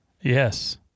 Yes